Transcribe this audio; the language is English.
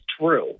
true